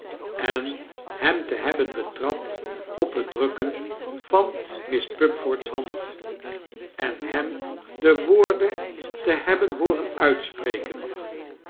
en hem te hebben betrapt op het drukken van miss pupford's hand en hem de woorden te hebben hooren uitspreken